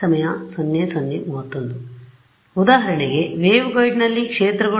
ಆದ್ದರಿಂದ ಉದಾಹರಣೆಗೆ ವೇವ್ಗೈಡ್ನಲ್ಲಿನ ಕ್ಷೇತ್ರಗಳು